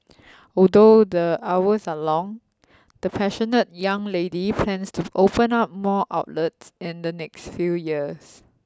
although the hours are long the passionate young lady plans to open up more outlets in the next few years